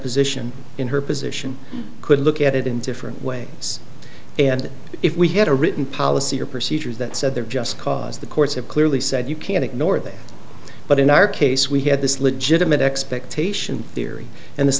position in her position could look at it in different ways and if we had a written policy or procedures that said there just because the courts have clearly said you can ignore them but in our case we had this legitimate expectation theory and